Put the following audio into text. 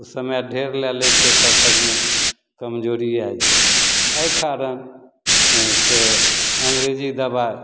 ओ समय ढेर लए लै छै तब तकमे कमजोरी आ जाइ छै एहि कारण अँ से अन्गरेजी दवाइ